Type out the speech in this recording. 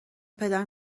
پدر